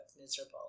miserable